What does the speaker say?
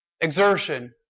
Exertion